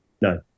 No